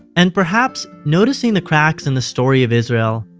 and perhaps noticing the cracks in the story of israel,